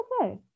okay